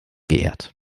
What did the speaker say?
geehrt